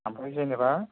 आमफ्राय जेनेबा